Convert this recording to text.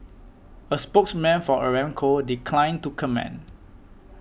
a spokesman for Aramco declined to comment